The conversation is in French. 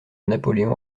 napoléon